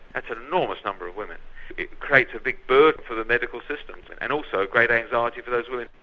ah kind of enormous number of women it creates a big burden for the medical systems, and and also great anxiety for those women.